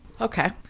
Okay